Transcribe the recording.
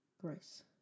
grace